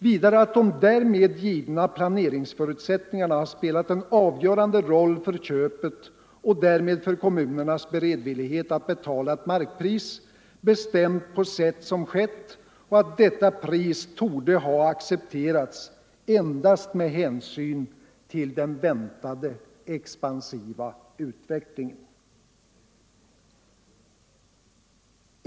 Vidare säger man att de därmed givna planeringsförutsättningarna har spelat en avgörande roll för köpet och därmed för kommunernas beredvillighet att betala ett markpris bestämt på sätt som skett och att detta pris torde ha accepterats endast med hänsyn till den väntade expansiva utvecklingen.